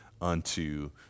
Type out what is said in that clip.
unto